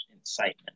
incitement